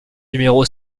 numéro